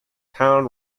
town